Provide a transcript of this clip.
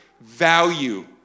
value